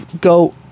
go